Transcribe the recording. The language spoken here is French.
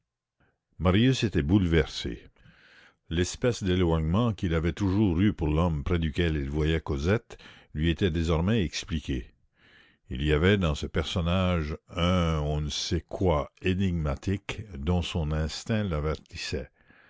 marius était bouleversé l'espèce d'éloignement qu'il avait toujours eu pour l'homme près duquel il voyait cosette lui était désormais expliqué il y avait dans ce personnage un on ne sait quoi énigmatique dont son instinct l'avertissait